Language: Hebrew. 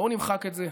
בואו נמחק את זה.